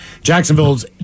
Jacksonville's